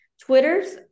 Twitter's